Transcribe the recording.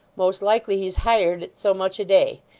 most likely he's hired, at so much a day.